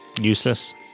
useless